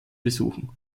besuchen